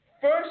First